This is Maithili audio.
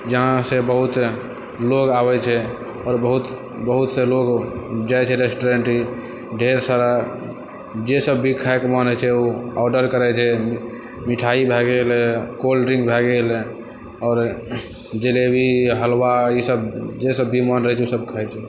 जहाँ बहुत लोग आबै छै आओर बहुत बहुत लोग जाइ छै रेस्टोरेन्ट ढ़ेर सारा जे सब भी खाइके मोन होइ छै ओ ऑडर करै छै मिठाइ भऽ गेल कोल्डड्रिन्क भऽ गेल आओर जलेबी हलवा ईसब जे सब भी मोन रहै छै सब खाइ छै